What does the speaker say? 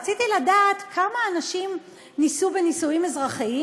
רציתי לדעת כמה אנשים נישאו בנישואים אזרחיים